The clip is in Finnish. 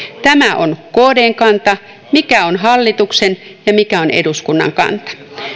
tämä on kdn kanta mikä on hallituksen ja mikä on eduskunnan kanta